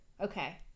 Okay